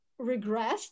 regressed